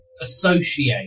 associate